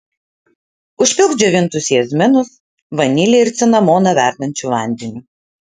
užpilk džiovintus jazminus vanilę ir cinamoną verdančiu vandeniu